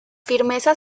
firmeza